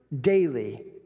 daily